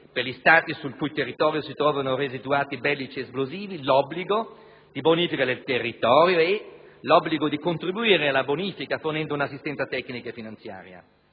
per gli Stati sul cui territorio si trovano residuati bellici esplosivi, l'obbligo di bonifica del territorio e l'obbligo di contribuire alla bonifica fornendo un'assistenza tecnica e finanziaria.